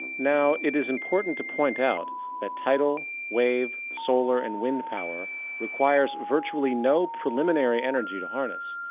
now, it is important to point out that tidal, wave, solar and wind power requires virtually no preliminary energy to harness,